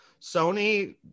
Sony